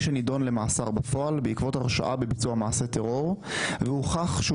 שנדון למאסר בפועל בעקבות הרשאה בביצוע מעשה טרור והוכח שהוא